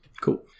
Cool